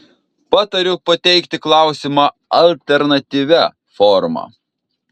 patariu pateikti klausimą alternatyvia forma